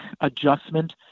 adjustment